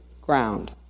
ground